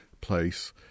place